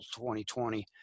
2020